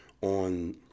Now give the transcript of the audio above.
on